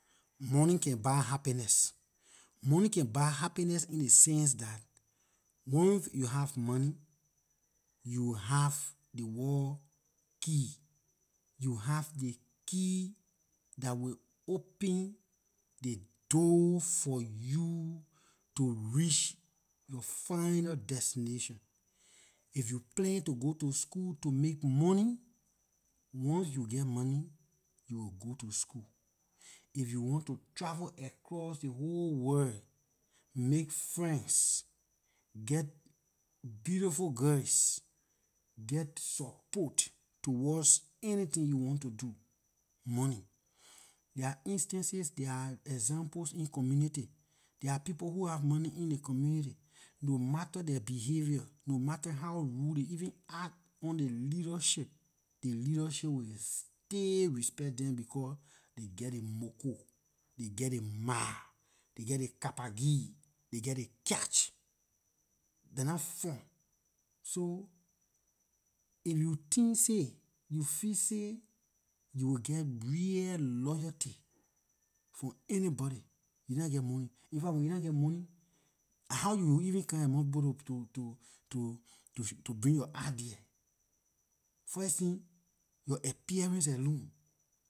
Money can buy happiness money can buy happiness in ley sense dah once you have money you have ley world key you have ley key dah will open ley door for you to reach yor final destination if you plan to go to school to make money once you geh money you will go to school if you want to travel across ley whole world make friends get beautiful girls get support towards anything you want to do money there are instances there are examples in community there are people who have money in ley community no matter their behavior no matter how rude they even act on ley leadership ley leadership will stay respect them becor they geh ley moko they geh ley mar they geh ley kapagi they ley cash dah nah fun so if you think say you feel say you will geh real loyalty from anybody you nah geh money how you even come among people to bring yor idea first tin yor appearance alone